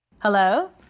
Hello